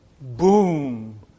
boom